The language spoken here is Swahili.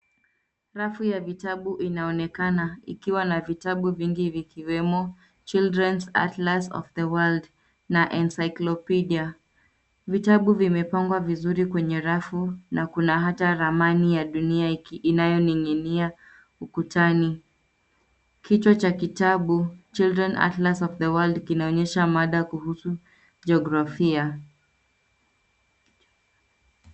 Rafu ya vitabu inaonekana ikiwa na vitabu vingi vikiwemo Children's Atlas of The World na Encyclopedia. Vitabu vimepangwa vizuri kwenye rafu na kuna hata ramani ya dunia inayoning'inia ukutani. Kichwa cha kitabu, Children Atlas of The World kinaonyesha mada kuhusu jiografia.